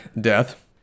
death